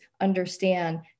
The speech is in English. understand